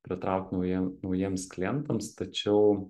pritraukt naujie naujiems klientams tačiau